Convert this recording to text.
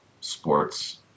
sports